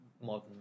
modern